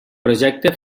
projecte